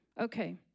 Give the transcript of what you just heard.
Okay